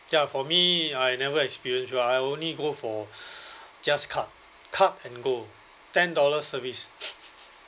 ya for me I never experience but I only go for just cut cut and go ten dollar service